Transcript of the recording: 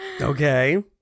Okay